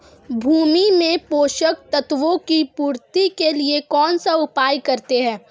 भूमि में पोषक तत्वों की पूर्ति के लिए कौनसा उपाय करते हैं?